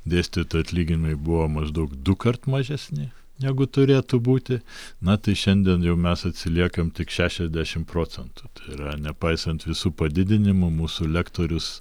dėstytojų atlyginimai buvo maždaug dukart mažesni negu turėtų būti na tai šiandien jau mes atsiliekam tik šešiasdešim procentų tai yra nepaisant visų padidinimų mūsų lektorius